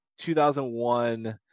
2001